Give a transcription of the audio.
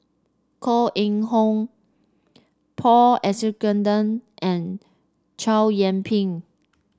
Koh Eng Hoon Paul Abisheganaden and Chow Yian Ping